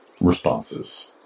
responses